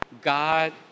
God